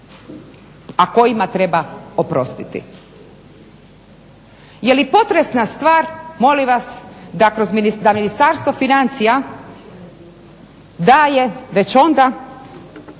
a kojima treba oprostiti. Jeli potresna stvar molim vas da kroz ministarstvo financija da je već onda